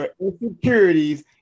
insecurities